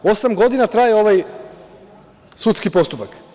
Osam godina traje ovaj sudski postupak.